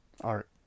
art